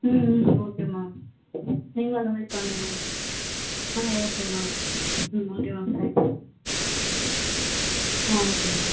ம் ம் ஓகேமா நீங்கள் அந்த மாதிரி பண்ணுங்க ஆ ஓகேமா ம் ஓகே மேம் தேங்க்யூ ஆ ஓகே மேம்